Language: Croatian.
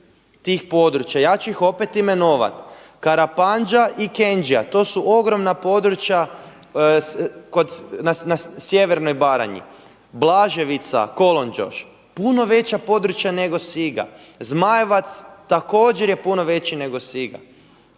Ja ću ih opet imenovati Karapandža, Kenđija, to su ogromna područja na sjevernoj Baranji, Blaževica, Kolonđoš, puno veća područja nego Siga, Zmajevac, također je puno veći nego Siga